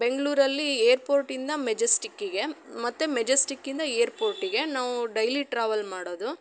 ಬೆಂಗಳೂರಲ್ಲಿ ಏರ್ಪೋರ್ಟಿಂದ ಮೆಜೆಸ್ಟಿಕ್ಕಿಗೆ ಮತ್ತು ಮೆಜೆಸ್ಟಿಕ್ಕಿಂದ ಏರ್ಪೋರ್ಟಿಗೆ ನಾವು ಡೈಲಿ ಟ್ರಾವಲ್ ಮಾಡೋದು